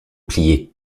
plier